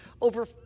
over